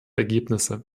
ergebnisse